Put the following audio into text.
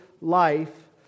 life